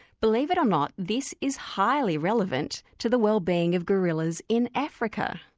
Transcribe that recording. believe it or not, this is highly relevant to the wellbeing of gorillas in africa.